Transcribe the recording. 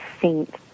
saint